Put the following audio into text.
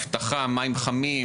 אבטחה מים חמים,